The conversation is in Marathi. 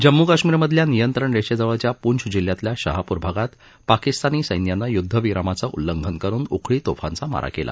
जम्मू काश्मीरमधल्या नियंत्रण रेषेजवळच्या पूछ जिल्ह्यातल्या शाहापूर भागात पाकिस्तानी सैन्यानं युद्धविरामाचं उल्लंघन करुन उखळी तोफांचा मारा केला